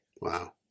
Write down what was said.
Wow